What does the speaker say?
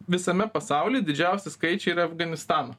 visame pasauly didžiausi skaičiai yra afganistano